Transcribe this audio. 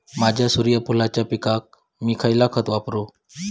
माझ्या सूर्यफुलाच्या पिकाक मी खयला खत वापरू?